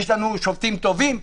יש לנו שופטים טובים,